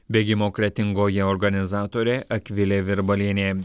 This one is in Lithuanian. bėgimo kretingoje organizatorė akvilė virbalienė